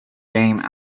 game